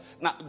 Now